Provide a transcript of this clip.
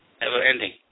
ever-ending